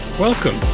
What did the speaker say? Welcome